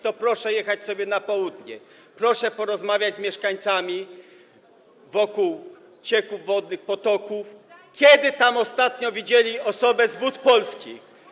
To proszę jechać sobie na południe, proszę porozmawiać z mieszkańcami wokół cieków wodnych, potoków, kiedy tam ostatnio widzieli osobę z Wód Polskich.